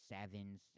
sevens